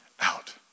out